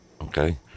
Okay